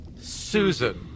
Susan